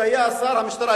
שהיה שר המשטרה,